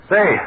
Say